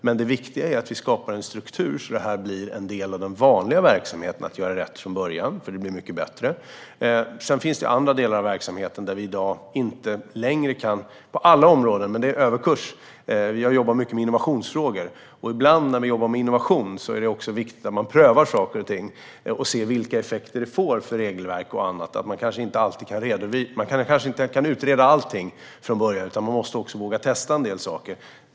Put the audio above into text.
Men det viktiga är att skapa en struktur så att det blir en del av de vanliga verksamheten att göra rätt från början, för då blir det mycket bättre. Sedan finns det också andra delar av verksamheten. Vi har jobbat mycket med innovationsfrågor, och där är det också viktigt att pröva saker och ting för att se vilka effekter det får för regelverk och annat. Man kan kanske inte utreda allting från början, utan man måste också våga testa en del saker.